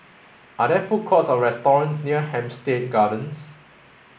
are there food courts or restaurants near Hampstead Gardens